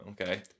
Okay